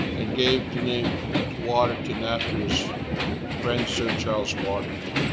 and gave the name to waterton after his friend sir charles waterton.